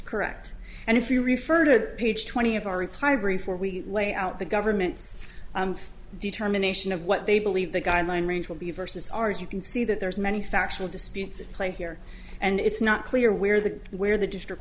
correct and if you refer to page twenty of our reply brief or we lay out the government's determination of what they believe the guideline range will be versus ours you can see that there's many factual disputes at play here and it's not clear where the where the district